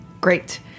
Great